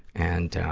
and,